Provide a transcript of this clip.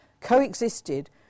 coexisted